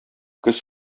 көз